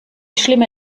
schlimme